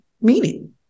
meaning